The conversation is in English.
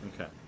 Okay